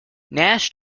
nash